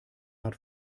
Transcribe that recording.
hat